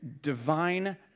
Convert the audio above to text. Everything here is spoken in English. divine